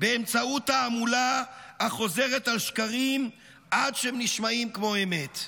באמצעות תעמולה החוזרת על שקרים עד שהם נשמעים כמו אמת.